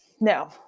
no